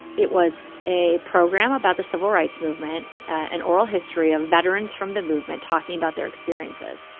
it was a program about the civil rights movement, an oral history of veterans from the movement talking about their experiences.